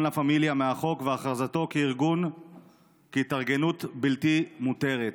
לה פמיליה מהחוק והכרזתו כהתארגנות בלתי מותרת.